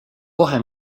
kohe